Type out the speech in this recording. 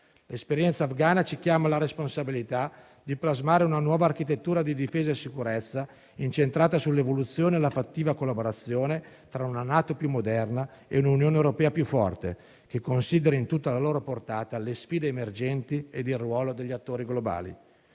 L'esperienza afghana ci chiama alla responsabilità di plasmare una nuova architettura di difesa e sicurezza, incentrata sull'evoluzione e la fattiva collaborazione tra una NATO più moderna e un'Unione europea più forte, che considero, in tutta la loro portata, le sfide emergenti e il ruolo degli attori globali.